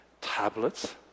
Tablets